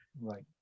right